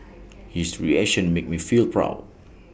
his reaction made me feel proud